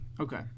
Okay